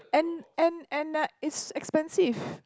and and and a it's expensive